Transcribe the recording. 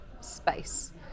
space